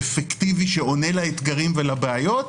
אפקטיבי שעונה לאתגרים ולבעיות,